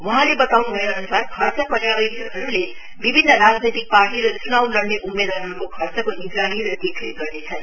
वहाँले बताउनु भएअनुसार खर्च पर्यविक्षकहरुले विभिन्न राजनैतिक पार्टी र चुनाव लड़ने उम्मेदवारहरुको खर्चको निगरानी र देखरेख गर्नेछन्